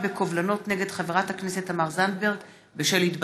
בקובלנות נגד חברת הכנסת תמר זנדברג בשל התבטאות.